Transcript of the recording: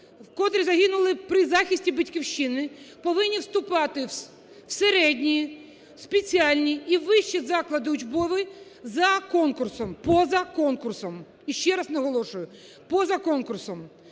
котрі загинули при захисті Батьківщини, повинні вступати в середні, спеціальні і вищі заклади учбові за конкурсом, поза конкурсом, ще раз наголошую, поза конкурсом.